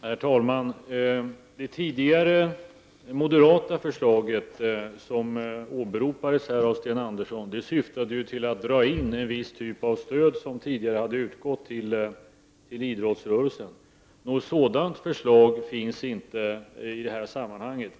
Herr talman! Det moderata förslag som här åberopades av Sten Andersson i Malmö syftade till en indragning av en viss typ av stöd som tidigare hade utgått till idrottsrörelsen. Men något sådant förslag finns det inte i det här sammanhanget.